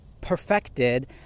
perfected